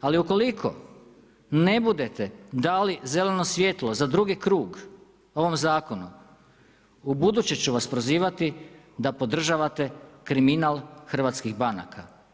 ali ukoliko ne budete dali zeleno svjetlo za drugi krug ovom zakonu ubuduće ću vas prozivati da podržavate kriminal hrvatskih banaka.